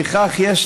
לפיכך, יש